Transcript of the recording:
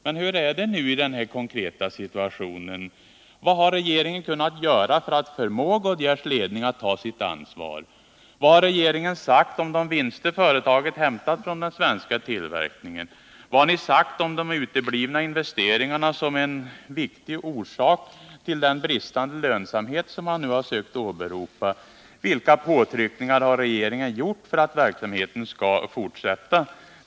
Men hur är det i den här konkreta situationen? Vad har regeringen kunnat göra för att förmå Goodvyears ledning att ta sitt ansvar? Vad har regeringen sagt om de vinster företaget hämtat från den svenska tillverkningen? Vad har ni sagt om de uteblivna investeringarna som en viktig orsak till den bristande lönsamhet som man nu har sökt åberopa? Vilka påtryckningar har regeringen gjort för att verksamheten skall fortsätta?